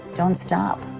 don't stop.